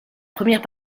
première